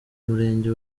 murenge